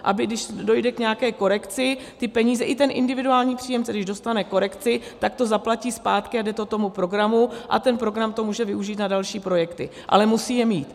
Aby když dojde k nějaké korekci, ty peníze i ten individuální příjemce když dostane korekci, tak to zaplatí zpátky a jde to tomu programu a ten program to může využít na další projekty, ale musí je mít.